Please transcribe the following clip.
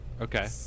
Okay